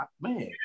man